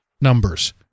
numbers